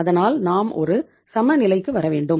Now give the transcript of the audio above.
அதனால் நாம் ஒரு சம நிலைக்கு வர வேண்டும்